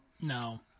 no